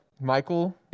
Michael